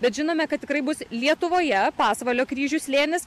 bet žinome kad tikrai bus lietuvoje pasvalio kryžių slėnis